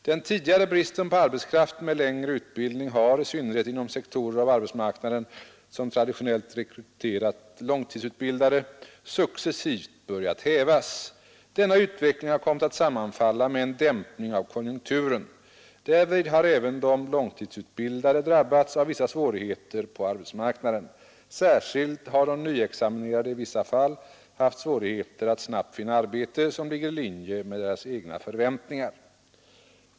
Den tidigare bristen på arbetskraft med längre utbildning har, i synnerhet inom sektorer av arbetsmarknaden, som traditionellt rekryterat långtidsutbildade, successivt börjat hävas. Denna utveckling har kommit att sammanfalla med en dämpning av konjunkturen. Därvid har även de långtidsutbildade drabbats av vissa svårigheter på arbetsmarknaden. Särskilt har de nyexaminerade i vissa fall haft svårigheter att snabbt finna arbete som ligger i linje med deras egna förväntningar.